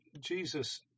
Jesus